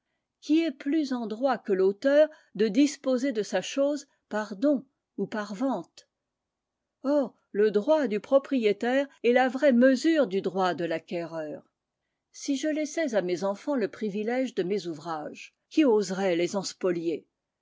qui est plus en droit que l'auteur de disposer de sa chose par don ou par vente or le droit du propriétaire est la vraie mesure du droit de l'acquéreur si je laissais à mes enfants le privilège de mes ouvrages qui oserait les